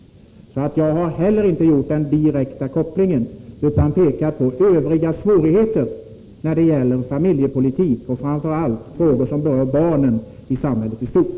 Jag har alltså inte gjort en direkt koppling, utan pekat på övriga svårigheter när det gäller familjepolitiken och framför allt när det gäller frågor som rör barnen i samhället i stort.